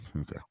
Okay